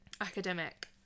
academic